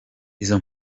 izo